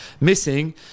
missing